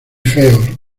feo